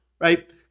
right